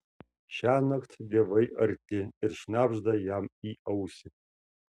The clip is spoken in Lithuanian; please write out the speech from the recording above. šiąnakt dievai arti ir šnabžda jam į ausį